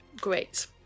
Great